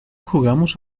jugamos